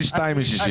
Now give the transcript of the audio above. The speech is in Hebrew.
אני 2 מ-60.